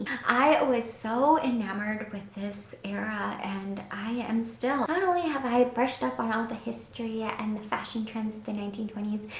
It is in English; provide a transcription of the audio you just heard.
i was so enamored with this era, and i am still. not only have i brushed up on all the history ah and the fashion trends of the nineteen twenty s,